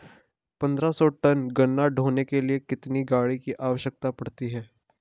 पन्द्रह सौ टन गन्ना ढोने के लिए कितनी गाड़ी की आवश्यकता पड़ती है?